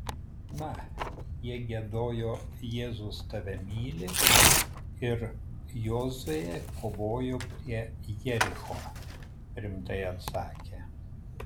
na jie giedojo jėzus tave myli ir jozuė kovojo prie jericho rimtai atsakė